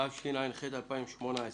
התשע"ח-2018.